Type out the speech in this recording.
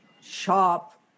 shop